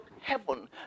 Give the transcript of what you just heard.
heaven